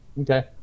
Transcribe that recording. Okay